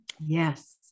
yes